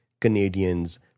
Canadians